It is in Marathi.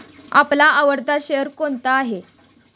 आपला आवडता शेअर कोणता आहे?